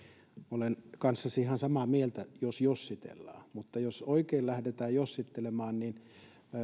olen kanssasi ihan samaa mieltä jos jossitellaan mutta jos oikein lähdetään jossittelemaan niin